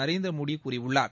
நரேந்திரமோடி கூறியுள்ளார்